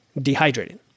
dehydrated